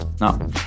No